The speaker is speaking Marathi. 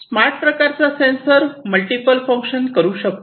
स्मार्ट प्रकारचा सेन्सर मल्टिपल फंक्शन करू शकतो